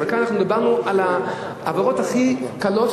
אבל כאן דיברנו על העבירות הכי קלות,